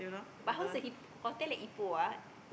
but how's heat hotel at Ipoh ah